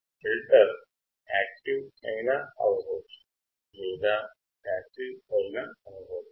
filter active అయినా అవవచ్చు లేదా పాసివ్ అయినా అవవచ్చు